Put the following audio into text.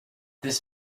this